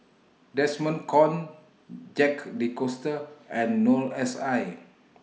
Desmond Kon Jacques De Coutre and Noor S I